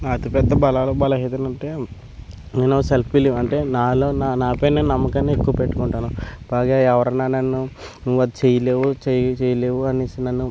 అతి పెద్ద బలాలు బలహీనతలు అంటే నేను సెల్ఫీలు అంటే నాలో నా పైన నమ్మకాన్ని ఎక్కువ పెట్టుకుంటాను బాగా ఎవరైనా నన్ను నువ్వు అది చేయలేవు చేయలేవు అనేసి నన్ను